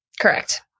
correct